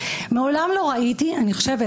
מעולם לא ראיתי אני חושבת,